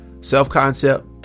self-concept